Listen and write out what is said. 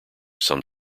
some